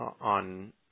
on